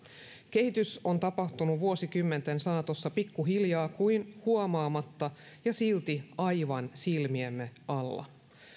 kehitys on tapahtunut vuosikymmenten saatossa pikkuhiljaa kuin huomaamatta ja silti aivan silmiemme alla